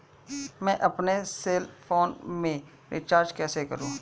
मैं अपने cell phone में रिचार्ज कैसे करूँ?